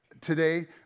today